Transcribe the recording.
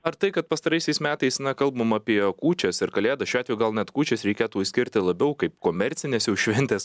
ar tai kad pastaraisiais metais na kalbam apie kūčias ir kalėdas šiuo atveju gal net kūčias reikėtų išskirti labiau kaip komercines jau šventes